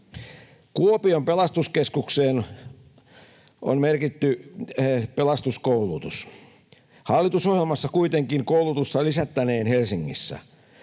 Kuopion pelastuskeskukseen on merkitty pelastuskoulutus. Hallitusohjelmassa kuitenkin koulutusta lisättäneen Helsingissä.